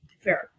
Fair